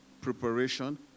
preparation